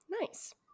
Nice